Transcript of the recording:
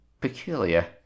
Peculiar